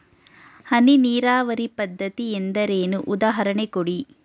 ಹನಿ ನೀರಾವರಿ ಪದ್ಧತಿ ಎಂದರೇನು, ಉದಾಹರಣೆ ಕೊಡಿ?